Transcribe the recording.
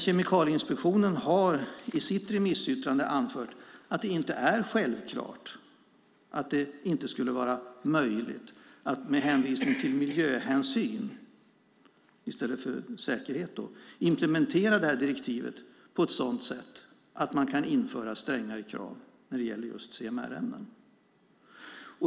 Kemikalieinspektionen har emellertid i sitt remissyttrande anfört att det inte är självklart att det inte vore möjligt att med hänvisning till miljöhänsyn, i stället för säkerhet, implementera direktivet på ett sätt som skulle innebära att man kunde införa strängare krav vad gäller CMR-ämnen.